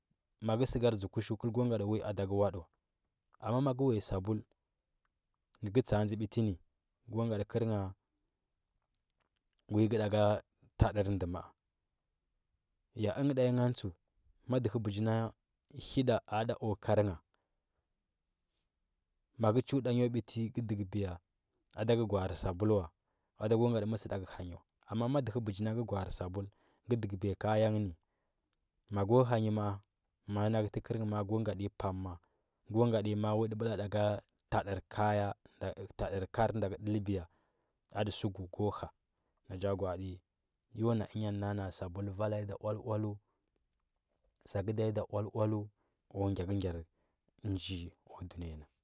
Maka səkar dze kushə kəl ko ngatə ivi da ka wadəu iva amma maka uya sambul ka tsa, a dzə ɓiti nə kəl ko ngatə ivi ka nda ka taəer ndə ma, a ya ngə tanyi ngantsəu ku bəji na həda ada ku kargha maka chəw tanyi ku biti ga dəgbiya a da ka liwa art sabul wan ɗa ko ngatə mə sə dakur ha wa amma ma dəhə ɓəji ka gwa. arə sabul ga dəgbiya kaya nghə ə mako ha nyi ma. a ma. a na kə təkərəgh kwa bəla da ka tadə kaya kar nda ka dəl ɓiya atə səkdu ko ha na cha gwa, ati yon a dnyanə na. a sabul vala ɗa oal oalə sakəda yi ɗa oal oalə ku gyakəgyar nji ku ɗunəya na